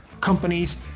companies